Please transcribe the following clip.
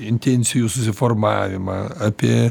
intencijų susiformavimą apie